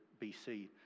BC